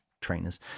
trainers